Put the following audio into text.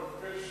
לא.